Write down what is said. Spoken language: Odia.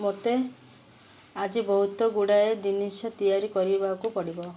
ମୋତେ ଆଜି ବହୁତ ଗୁଡ଼ାଏ ଜିନିଷ ତିଆରି କରିବାକୁ ପଡ଼ିବ